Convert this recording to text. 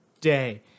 day